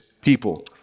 people